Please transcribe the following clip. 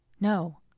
No